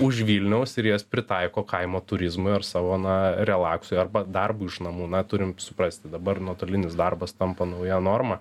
už vilniaus ir jas pritaiko kaimo turizmui ar savo na relaksui arba darbui iš namų na turim suprasti dabar nuotolinis darbas tampa nauja norma